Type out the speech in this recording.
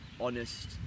honest